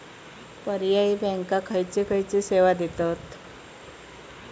पर्यायी बँका खयचे खयचे सेवा देतत?